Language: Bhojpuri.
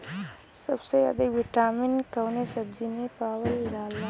सबसे अधिक विटामिन कवने सब्जी में पावल जाला?